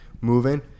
moving